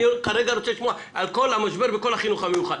אני כרגע לשמוע על כל המשבר בכל החינוך המיוחד.